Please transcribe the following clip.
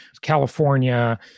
california